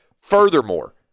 Furthermore